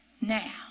Now